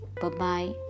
Bye-bye